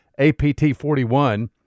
APT41